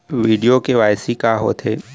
video KYC का होथे